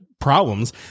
problems